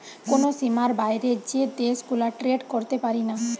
কোন সীমার বাইরে যে দেশ গুলা ট্রেড করতে পারিনা